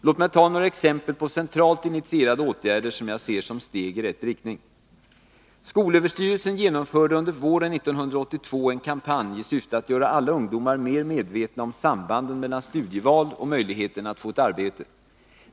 Låt mig ta några exempel på centralt initierade åtgärder som jag ser som steg i rätt riktning. Skolöverstyrelsen genomförde under våren 1982 en kampanj i syfte att göra alla ungdomar mer medvetna om sambanden mellan studieval och möjligheterna att få ett arbete.